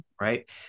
right